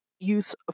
Use